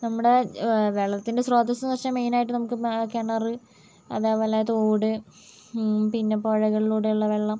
നമ്മുടെ വെള്ളത്തിൻ്റെ സ്രോതസ്സെന്നു വച്ചാൽ മെയിൻ ആയിട്ട് നമുക്ക് കിണർ അതേപോലെ തോട് പിന്നെ പുഴകളിലൂടെ ഉള്ള വെള്ളം